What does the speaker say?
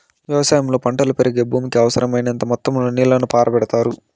వ్యవసాయంలో పంటలు పెరిగేకి భూమికి అవసరమైనంత మొత్తం లో నీళ్ళను పారబెడతారు